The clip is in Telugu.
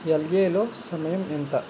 ఎల్ఏలో సమయం ఎంత